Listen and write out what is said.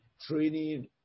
training